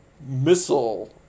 missile